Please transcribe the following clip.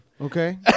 Okay